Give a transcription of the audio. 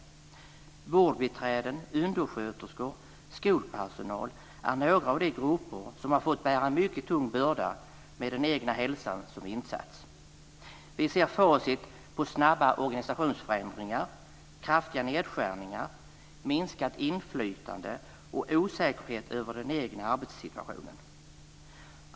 Vårdbiträden, undersköterskor och skolpersonal är några av de grupper som har fått bära en mycket tung börda med den egna hälsan som insats. Vi ser facit på snabba organisationsförändringar, kraftiga nedskärningar, minskat inflytande och osäkerhet över den egna arbetssituationen.